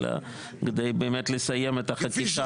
אלא באמת כדי לסיים את חצי השעה.